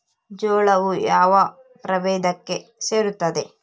ಜೋಳವು ಯಾವ ಪ್ರಭೇದಕ್ಕೆ ಸೇರುತ್ತದೆ?